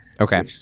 Okay